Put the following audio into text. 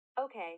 Okay